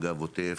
מג"ב עוטף,